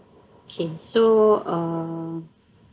K so um